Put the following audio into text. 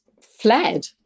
fled